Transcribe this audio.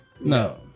No